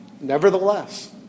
Nevertheless